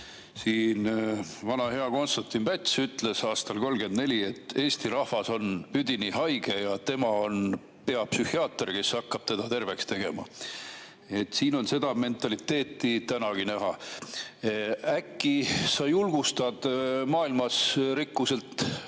Nagu vana hea Konstantin Päts aastal 1934 ütles, et Eesti rahvas on üdini haige ja tema on peapsühhiaater, kes hakkab teda terveks tegema. Siin on seda mentaliteeti tänagi näha. Äkki sa julgustad maailmas rikkuselt